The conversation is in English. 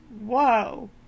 whoa